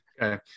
Okay